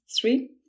three